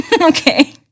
Okay